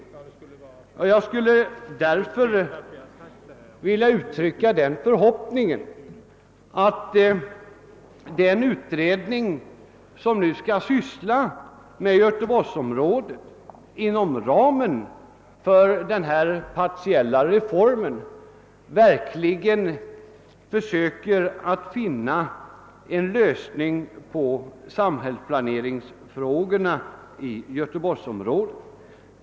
Jag skulle därför vilja uttrycka en förhoppning att den utredning som nu skall syssla med förhållandena i Göteborgsområdet inom ramen för den partiella reformen försöker finna en lösning på samhällsplaneringsfrågorna i Göteborgsområdet.